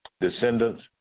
descendants